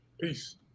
Peace